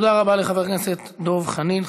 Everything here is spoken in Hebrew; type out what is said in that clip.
תודה רבה לחבר הכנסת דב חנין.